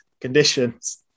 conditions